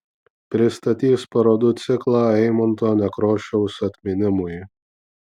pristatys parodų ciklą eimunto nekrošiaus atminimui